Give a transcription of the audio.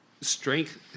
strength